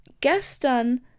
gestern